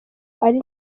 ari